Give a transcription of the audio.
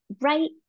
right